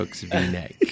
v-neck